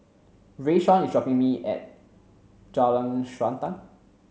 Rayshawn is dropping me at Jalan Srantan